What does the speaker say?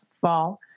fall